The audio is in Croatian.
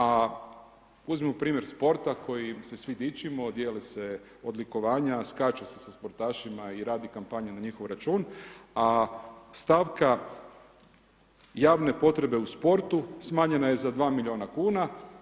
A uzmimo primjer sporta, koji se svi dičimo, dijele se odlikovanja, skače se sportašima i radi kampanja na njihov računa, a stavka javne potrebe u sportu, smanjena je za 2 milijuna kn.